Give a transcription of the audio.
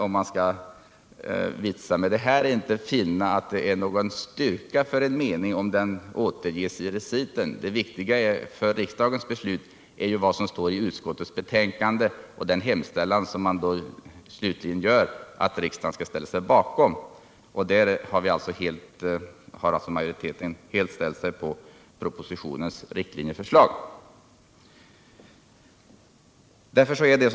Om man skall vitsa med det här kan man säga att det inte är någon styrka för en mening att återges i reciten. Det viktiga för riksdagens beslut är ju vad som står i utskottsbetänkandet och den hemställan som utskottet begär att riksdagen skall ställa sig bakom. Och där har majoriteten helt gått med på propositionens förslag till riktlinjer.